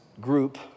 group